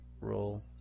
roll